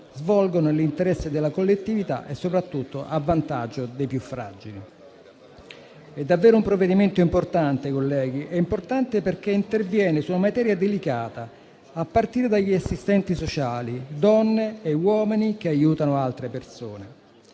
svolgono nell'interesse della collettività, soprattutto a vantaggio dei più fragili. È davvero un provvedimento importante, colleghi, perché interviene su una materia delicata, a partire dagli assistenti sociali, donne e uomini che aiutano altre persone.